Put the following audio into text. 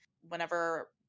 Whenever